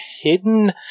hidden